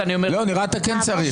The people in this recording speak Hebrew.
לא, נראה שאתה כן צריך.